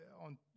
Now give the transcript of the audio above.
on